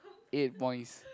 eight points